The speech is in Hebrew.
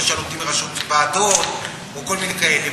למשל עומדים בראשות ועדות או כל מיני כאלה,